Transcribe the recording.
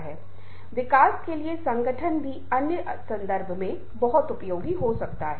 और उदाहरण के लिए सुनना और सहानुभूति सुनना एक ऐसा क्षेत्र था जिस पर हमने बहुत हद तक ध्यान केंद्रित किया